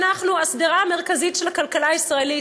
אנחנו השדרה המרכזית של הכלכלה ישראלית.